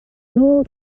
nôl